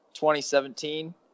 2017